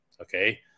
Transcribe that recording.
okay